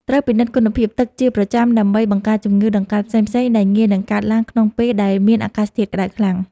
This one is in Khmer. ត្រួតពិនិត្យគុណភាពទឹកជាប្រចាំដើម្បីបង្ការជំងឺដង្កាត់ផ្សេងៗដែលងាយនឹងកើតឡើងក្នុងពេលដែលមានអាកាសធាតុក្ដៅខ្លាំង។